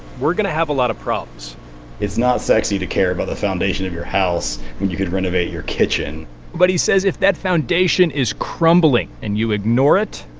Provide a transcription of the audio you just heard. we're going to have a lot of problems it's not sexy to care about the foundation of your house when you could renovate your kitchen but he says if that foundation is crumbling and you ignore it.